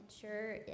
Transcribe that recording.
sure